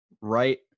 Right